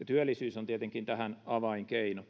ja työllisyys on tietenkin tähän avainkeino